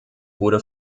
wurde